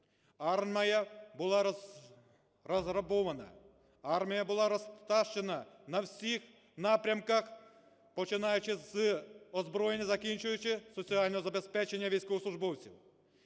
Армія була розграбована. Армія була растащена на всіх напрямках, починаючи з озброєння і закінчуючи соціальним забезпеченням військовослужбовців.